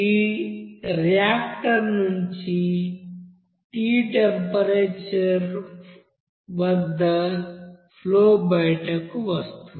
ఈ రియాక్టర్ నుండి T temperature వద్ద ఫ్లో బయటకు వస్తుంది